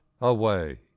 away